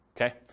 Okay